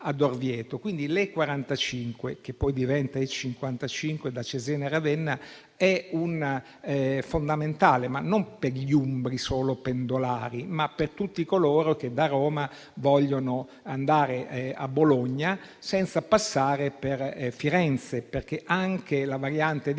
quindi la E45, che poi diventa E55 da Cesena a Ravenna, è fondamentale, non solo per gli umbri pendolari, ma per tutti coloro che da Roma vogliono andare a Bologna senza passare per Firenze, perché anche la Variante di